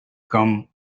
come